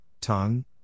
tongue